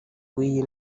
w’iyi